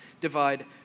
divide